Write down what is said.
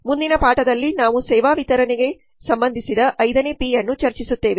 ಮುಂದಿನ ಪಾಠದಲ್ಲಿ ನಾವು ಸೇವಾ ವಿತರಣೆಗೆ ಸಂಬಂಧಿಸಿದ 5 ನೇ P ಅನ್ನು ಚರ್ಚಿಸುತ್ತೇವೆ